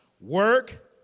work